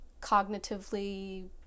cognitively